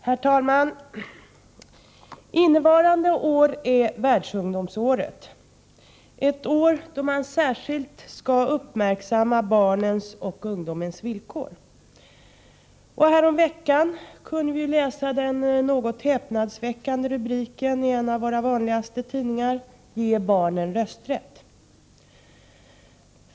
Herr talman! Innevarande år är Världsungdomsåret, ett år då man särskilt skall uppmärksamma barnens och ungdomens villkor. Härom veckan kunde vi läsa den något häpnadsväckande rubriken i en av våra vanligaste tidningar: Ge barnen rösträtt!